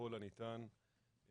ככל הניתן,